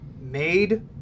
made